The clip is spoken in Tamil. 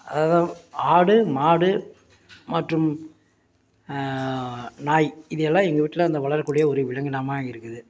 அதாவ் ஆடு மாடு மற்றும் நாய் இது எல்லாம் எங்கள் வீட்டில் அந்த வளரக்கூடிய ஒரு விலங்கினமாக இருக்குது